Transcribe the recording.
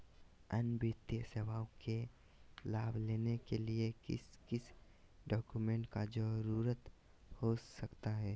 अन्य वित्तीय सेवाओं के लाभ लेने के लिए किस किस डॉक्यूमेंट का जरूरत हो सकता है?